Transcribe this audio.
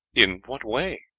in what way?